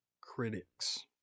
critics